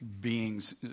beings